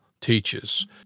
teaches